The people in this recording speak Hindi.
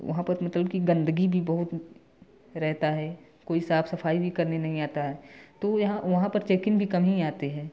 वहाँ पर मतलब कि गंदगी भी बहुत रहता है कोई साफ सफाई भी करने नहीं आता है तो यहाँ वहाँ पर चेकिंग भी कम ही आते हैं